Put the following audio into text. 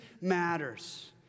Matters